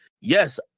Yes